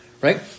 right